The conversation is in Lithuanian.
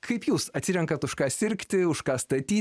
kaip jūs atsirenkate už ką sirgti už ką statyti